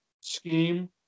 scheme